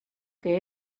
que